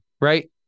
right